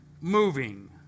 moving